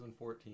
2014